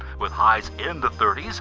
with highs in the thirty s,